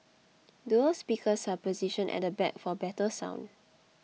dual speakers are positioned at the back for better sound